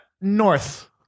North